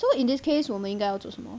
so in this case 我们应该要做什么